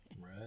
Right